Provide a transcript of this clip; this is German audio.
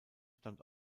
stammt